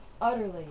utterly